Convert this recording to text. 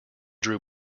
drew